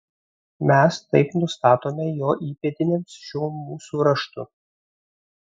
mes taip nustatome jo įpėdiniams šiuo mūsų raštu